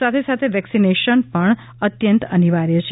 સાથે સાથે વેકિસનેશન પણ અત્યંત અનિવાર્ય છે